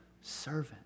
servant